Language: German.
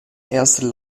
erste